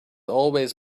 always